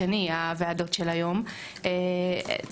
הוועדות של היום הן כחוט השני.